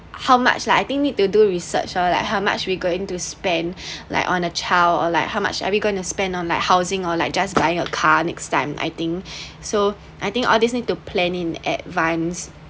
how much lah I think need to do research all like how much we going to spend like on a child or like how much are we going to spend on like housing or like just buying a car next time I think so I think all these need to plan in advance